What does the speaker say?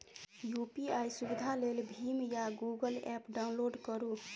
UPI सुविधा लेल भीम या गुगल एप्प डाउनलोड करु